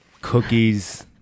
cookies